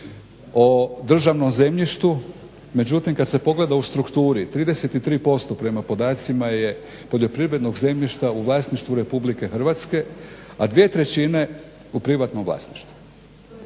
o državnom zemljištu, međutim kad se pogleda u strukturi 33% prema podacima je poljoprivrednog zemljišta u vlasništvu RH, a dvije trećine u privatnom vlasništvu.